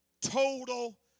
Total